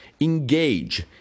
Engage